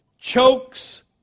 chokes